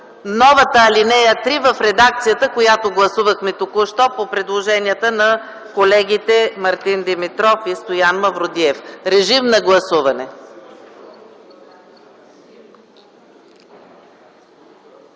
новата ал. 3 в редакцията, която гласувахме току-що по предложенията на колегите Мартин Димитров и Стоян Мавродиев. Гласували